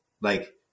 Like-